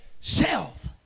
self